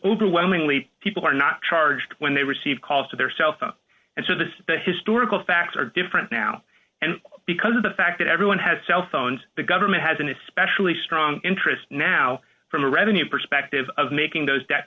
overwhelmingly people are not charged when they receive calls to their cell phones and so this is the historical facts are different now and because of the fact that everyone has cell phones the government has an especially strong interest now from a revenue perspective of making those that